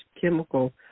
chemical